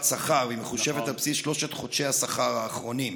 שכר ומחושבת על בסיס שלושת חודשי השכר האחרונים,